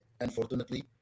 unfortunately